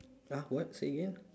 !huh! what say again